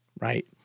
right